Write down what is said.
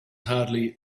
hardly